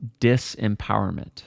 disempowerment